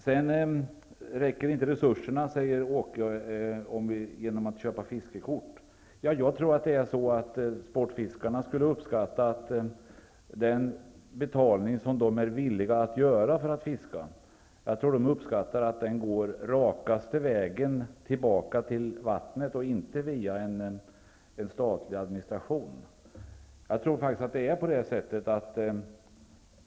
Sedan säger Åke Selberg att resurserna inte räcker om om vi bara räknar med en försäljning av fiskekort. Jag tror att sportfiskarna skulle uppskatta att den betalning som de är villiga att göra för att fiska, går rakaste vägen tillbaka till vattnet och inte via en statlig administration.